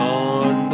on